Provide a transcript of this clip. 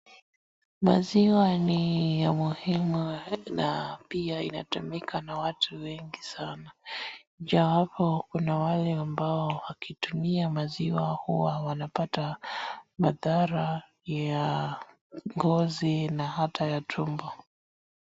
Maziwa ni ya muhimu na pia inatumika na watu wengi sana, ijawapo kuna wale wakitumia maziwa huwa wanapata madhara ya ngozi na hata ya tumbo.